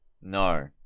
No